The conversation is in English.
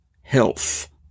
health